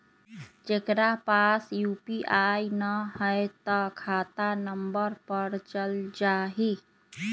जेकरा पास यू.पी.आई न है त खाता नं पर चल जाह ई?